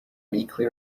meekly